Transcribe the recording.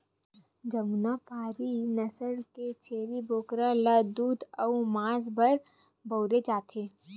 जमुनापारी नसल के छेरी बोकरा ल दूद अउ मांस बर बउरे जाथे